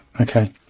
Okay